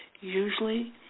usually